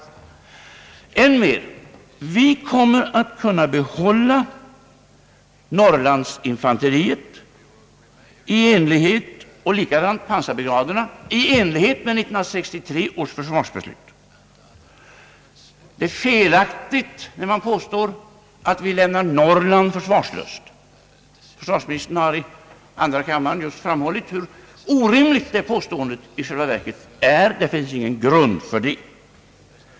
än mer: Vi kommer att kunna behålla Norrlandsinfanteriet och pansarbrigaderna i enlighet med 1963 års försvarsbeslut. Det är felaktigt att påstå att vi lämnar Norrland försvarslöst. Försvarsministern har i andra kammaren just framhållit, hur orimligt detta påstående i själva verket är — det finns ingen grund för detta.